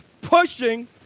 pushing